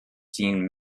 seen